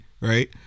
right